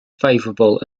favorable